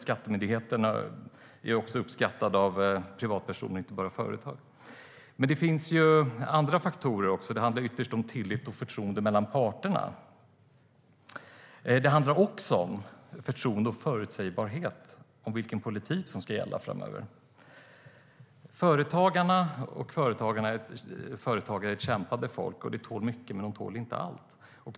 Skattemyndigheten är också uppskattad av privatpersoner, inte bara av företag. Men det finns andra faktorer. Det handlar ytterst om tillit och förtroende mellan parterna. Det handlar också om förtroende och förutsägbarhet i fråga om vilken politik som ska gälla framöver. Företagarna är ett kämpande folk. De tål mycket, men de tål inte allt.